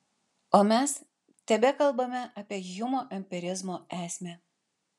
o mes tebekalbame apie hjumo empirizmo esmę